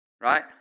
Right